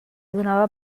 donava